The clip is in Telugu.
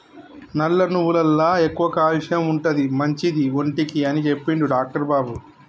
నల్ల నువ్వులల్ల ఎక్కువ క్యాల్షియం ఉంటది, మంచిది ఒంటికి అని చెప్పిండు డాక్టర్ బాబు